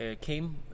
came